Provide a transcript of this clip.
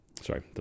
sorry